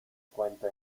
cuento